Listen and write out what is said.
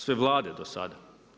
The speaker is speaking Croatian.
Sve Vlade do sada.